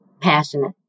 Passionate